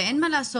ואין מה לעשות,